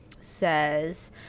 Says